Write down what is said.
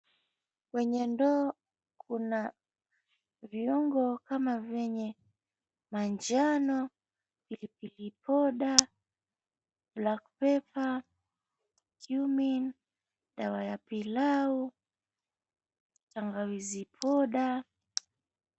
Kwenye ndoo kuna vuingo vya manjano, pilipili powder , black pepper , cumin , dawa ya pilau, tangawizi poda.